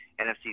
NFC